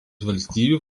valstybių